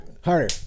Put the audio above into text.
Harder